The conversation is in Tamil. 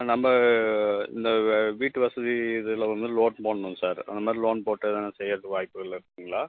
நம்ம இந்த வீட்டு வசதி இதில் வந்து லோன் போடணுங்க சார் அந்தமாதிரி லோன் போட்டு எதுனா செய்கிறதுக்கு வாய்ப்புகள் இருக்குதுங்களா